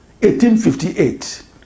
1858